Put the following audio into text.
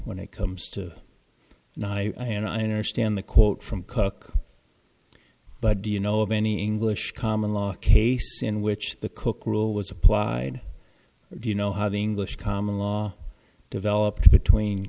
when it comes to night and honor stand the quote from cook but do you know of any english common law case in which the cook rule was applied do you know how the english common law developed between